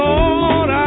Lord